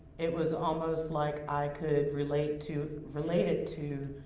it was almost like i could relate to, relate it to,